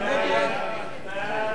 נא להצביע.